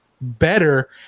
better